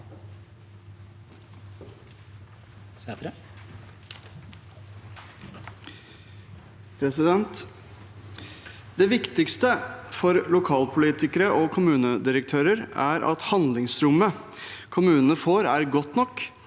Det viktigste for lokal- politikere og kommunedirektører er at handlingsrommet kommunene får, er godt nok